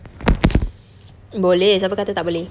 boleh siapa kata tak boleh